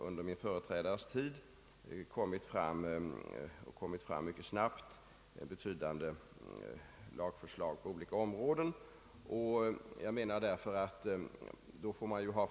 Under min företrädares tid har ju ändå betydande lagförslag på olika områden kommit fram mycket snabbt.